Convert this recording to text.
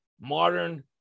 modern